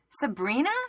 Sabrina